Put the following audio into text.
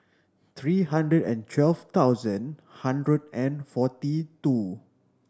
three hundred and twelve thousand hundred and forty two